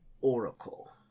Oracle